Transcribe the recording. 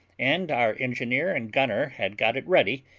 and our engineer and gunner had got it ready,